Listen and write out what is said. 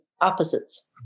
opposites